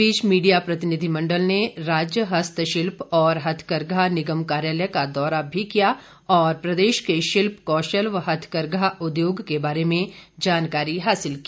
इस बीच मीडिया प्रतिनिधिमंडल ने राज्य हस्तशिल्प और हथकरघा निगम कार्यालय का दौरा भी किया और प्रदेश के शिल्प कौशल व हथकरघा उद्योग के बारे जानकारी हासिल की